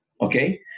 okay